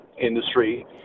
industry